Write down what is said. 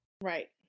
Right